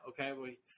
Okay